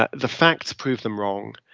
ah the facts prove them wrong,